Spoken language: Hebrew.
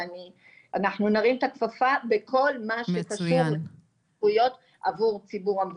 ואנחנו נרים את הכפפה בכל מה שקשור לזכויות עבור ציבור המבוטחים שלנו.